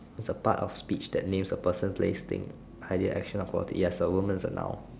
is a part of speech that names a person place thing idea action or quality ya so a woman's a noun